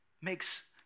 makes